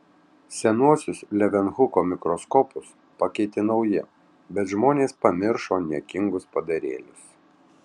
senuosius levenhuko mikroskopus pakeitė nauji bet žmonės pamiršo niekingus padarėlius